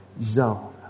zone